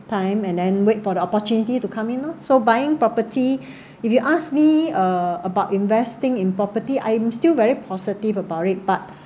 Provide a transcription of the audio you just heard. time and then wait for the opportunity to come in loh so buying property if you ask me uh about investing in property I'm still very positive about it but